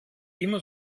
immer